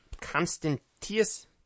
Constantius